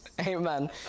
Amen